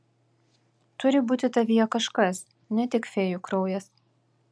turi būti tavyje kažkas ne tik fėjų kraujas